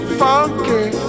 funky